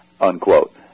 unquote